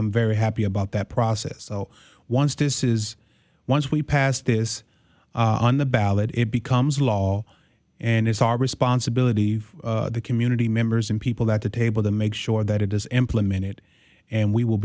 i'm very happy about that process once this is once we passed this on the ballot it becomes law and it's our responsibility the community members and people at the table to make sure that it is implemented and we will